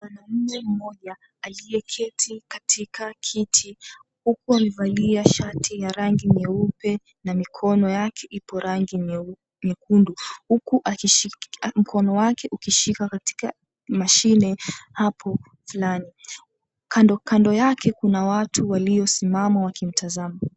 Mwanaume mmoja aliyeketi katika kiti huku amevalia shati ya rangi nyeupe na mikono yake ipo rangi nyekundu huku mkono wake ukishikilia katika mashine hapo ndani, kando kando yake kuna watu waliosimama wakimtazama.